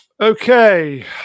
Okay